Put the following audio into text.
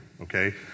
okay